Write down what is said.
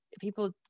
people